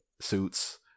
suits